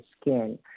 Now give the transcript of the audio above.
skin